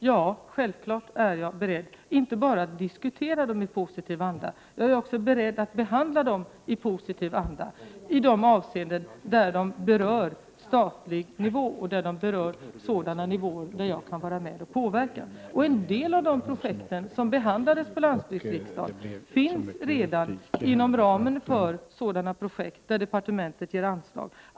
Ja, självfallet är jag beredd att inte bara diskutera dem i positiv anda utan också behandla dem i positiv anda, i de avseenden där de berör statlig nivå och sådana nivåer där jag kan vara med och påverka. En del av de projekt som behandlades på landsbygdsriksdagen finns redan inom ramen för sådana projekt där departementet ger anslag.